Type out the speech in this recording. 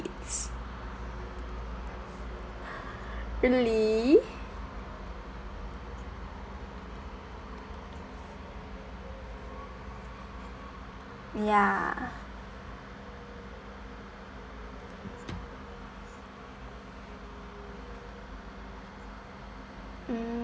really ya mm